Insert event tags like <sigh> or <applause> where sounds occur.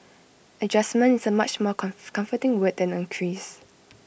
adjustment is A much more come <noise> comforting word than increase